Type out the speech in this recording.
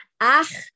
ach